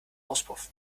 auspuff